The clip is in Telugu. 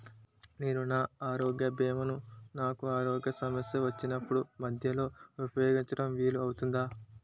నేను నా ఆరోగ్య భీమా ను నాకు ఆరోగ్య సమస్య వచ్చినప్పుడు మధ్యలో ఉపయోగించడం వీలు అవుతుందా?